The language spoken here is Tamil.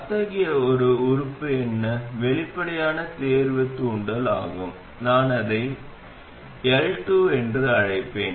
அத்தகைய ஒரு உறுப்பு என்ன வெளிப்படையான தேர்வு தூண்டல் ஆகும் நான் அதை L2 என்று அழைப்பேன்